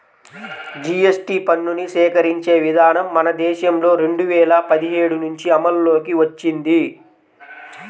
GST పన్నుని సేకరించే విధానం మన దేశంలో రెండు వేల పదిహేడు నుంచి అమల్లోకి వచ్చింది